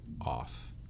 off